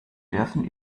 dürfen